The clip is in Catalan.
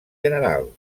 general